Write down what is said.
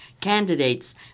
candidates